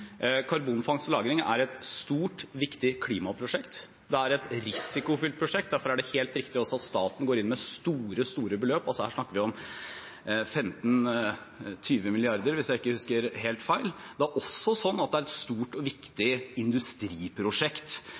Karbonfangst og -lagring er et stort, viktig klimaprosjekt. Det er et risikofylt prosjekt. Derfor er det også helt riktig at staten går inn med store, store beløp – her snakker vi altså om 15–20 milliarder, hvis jeg ikke husker helt feil. Det er også sånn at dette er et stort og viktig industriprosjekt,